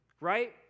Right